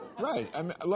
Right